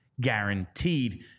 guaranteed